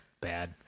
Bad